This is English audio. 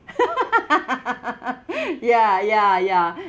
ya ya ya